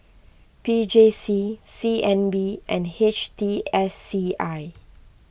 P J C C N B and H T S C I